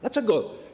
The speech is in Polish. Dlaczego?